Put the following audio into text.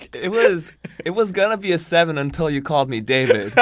it was it was gonna be a seven until you called me david.